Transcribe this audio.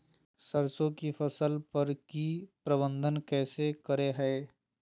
सरसों की फसल पर की प्रबंधन कैसे करें हैय?